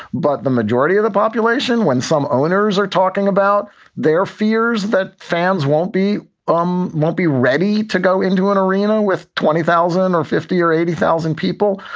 but the majority of the population, when some owners are talking about their fears that fans won't be um won't be ready to go into an arena with twenty thousand or fifty or eighty thousand people.